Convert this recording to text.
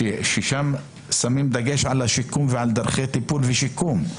שם שמים דגש על דרכי טיפול ושיקום,